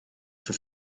für